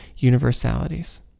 universalities